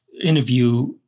Interview